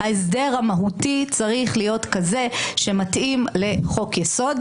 ההסדר המהותי צריך להיות כזה שמתאים לחוק-יסוד.